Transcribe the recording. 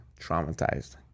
traumatized